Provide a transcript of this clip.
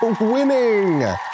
winning